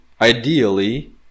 Ideally